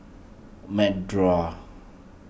Medora